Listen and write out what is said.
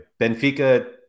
Benfica